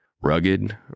Rugged